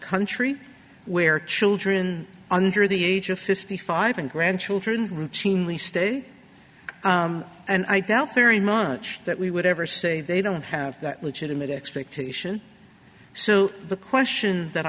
country where children under the age of fifty five and grandchildren routinely stay and i doubt very much that we would ever say they don't have that legitimate expectation so the question that